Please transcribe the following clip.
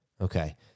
Okay